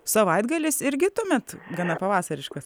savaitgalis irgi tuomet gana pavasariškas